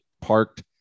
parked